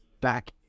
back